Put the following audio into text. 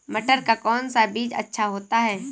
मटर का कौन सा बीज अच्छा होता हैं?